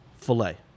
filet